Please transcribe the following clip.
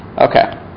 Okay